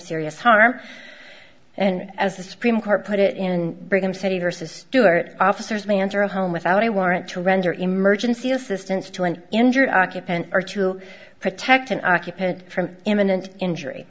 serious harm and as the supreme court put it in brigham city versus stewart officers may enter a home without a warrant to render emergency assistance to an injured occupant or to protect an occupant from imminent injury